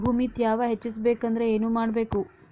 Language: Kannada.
ಭೂಮಿ ತ್ಯಾವ ಹೆಚ್ಚೆಸಬೇಕಂದ್ರ ಏನು ಮಾಡ್ಬೇಕು?